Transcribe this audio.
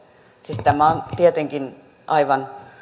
siis tämä on tietenkin aivan